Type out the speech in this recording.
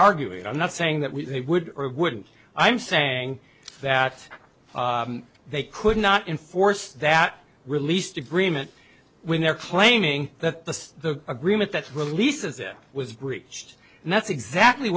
arguing i'm not saying that we would or wouldn't i'm saying that they could not enforce that released agreement when they're claiming that the agreement that releases them was breached and that's exactly